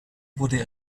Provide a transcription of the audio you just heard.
wurde